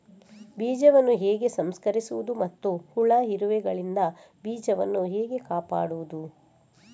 ಬೀಜವನ್ನು ಹೇಗೆ ಸಂಸ್ಕರಿಸುವುದು ಮತ್ತು ಹುಳ, ಇರುವೆಗಳಿಂದ ಬೀಜವನ್ನು ಹೇಗೆ ಕಾಪಾಡುವುದು?